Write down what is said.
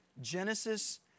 Genesis